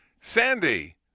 Sandy